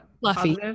fluffy